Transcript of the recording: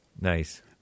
Nice